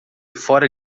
fora